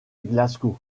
glasgow